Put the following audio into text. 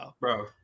bro